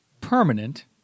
permanent